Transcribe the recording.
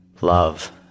love